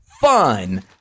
fun